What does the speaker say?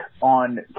on